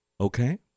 Okay